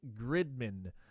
Gridman